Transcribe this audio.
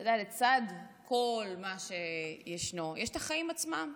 אתה יודע, לצד כל מה שישנו, יש את החיים עצמם.